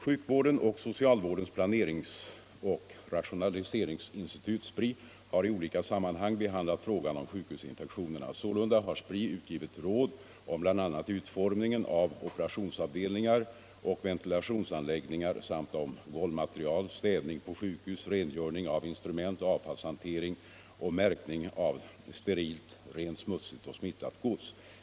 Sjukvårdens och socialvårdens planeringsoch rationaliseringsinstitut har i flera olika sammanhang behandlat frågan om sjukhusinfektioner. Sålunda har Spri utgivit råd om bl.a. utformningen av operationsavdelningar och ventilationsanläggningar samt om golvmaterial, städning på sjukhus, rengöring av instrument, avfallshantering och märkning av sterilt, rent, smutsigt och smittat gods.